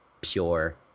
pure